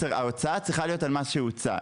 ההוצאה צריכה להיות על מה שהוצא.